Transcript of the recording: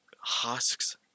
husks